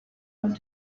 went